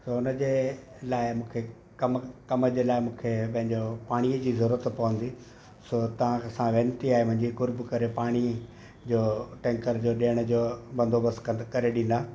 त हुनजे लाइ मूखे कमु कम जे लाइ मूंखे पंहिंजो पाणीअ जी ज़रूरत पवंदी सो तव्हां सां वेनिती आहे हिनजी कुर्ब करे पाणी टैंकर जो ॾियण जो बंदोबस्तु करे ॾींदा